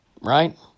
right